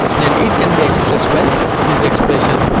then it can be expressed by this expression